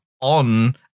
on